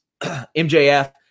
MJF